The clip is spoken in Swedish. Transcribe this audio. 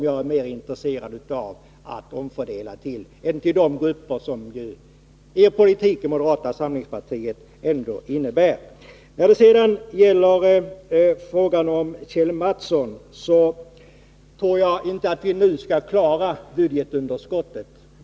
Jag är mer intresserad av att omfördela till dem än till de grupper som moderata samlingspartiet vill stödja med sin politik. Till Kjell Mattsson vill jag säga att jag inte tror att vi nu klarar budgetunderskottet.